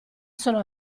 sono